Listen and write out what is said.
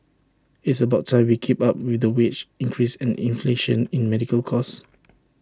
it's about time we keep up with the wage increase and inflation in medical cost